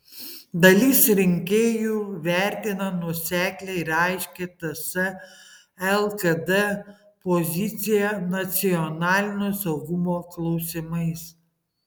dalis rinkėjų vertina nuoseklią ir aiškią ts lkd poziciją nacionalinio saugumo klausimais